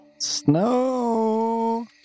Snow